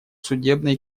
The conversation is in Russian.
судебной